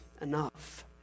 enough